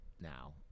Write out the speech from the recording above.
now